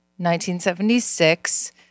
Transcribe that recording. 1976